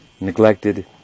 Neglected